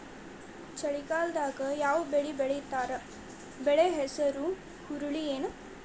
ಚಳಿಗಾಲದಾಗ್ ಯಾವ್ ಬೆಳಿ ಬೆಳಿತಾರ, ಬೆಳಿ ಹೆಸರು ಹುರುಳಿ ಏನ್?